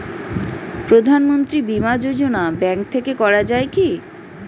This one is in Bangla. প্রধানমন্ত্রী বিমা যোজনা ব্যাংক থেকে করা যায় কি?